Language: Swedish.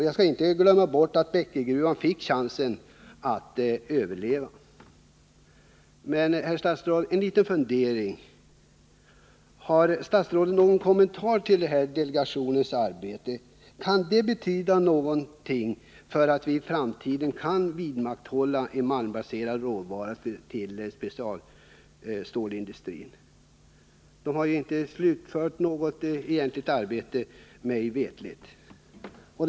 Man skall inte glömma bort att Bäckegruvan fick chansen att överleva. Har statsrådet någon kommentar till delegationens arbete? Kan det betyda att vii framtiden kan vidmakthålla en malmbaserad råvara till specialstålsindustrin? Delegationen har mig veterligt inte slutfört sitt arbete.